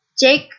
Jake